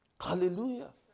Hallelujah